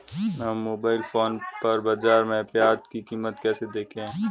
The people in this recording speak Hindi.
हम मोबाइल फोन पर बाज़ार में प्याज़ की कीमत कैसे देखें?